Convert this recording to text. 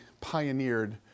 pioneered